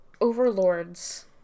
overlords